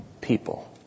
people